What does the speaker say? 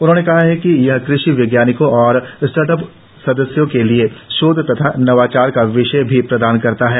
उन्होंने कहा कि यह कृषि वैज्ञानिकों और स्टार्टअप सम्दायों के लिए शोध तथा नवाचार का विषय भी प्रदान करता है